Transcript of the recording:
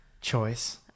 choice